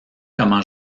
comment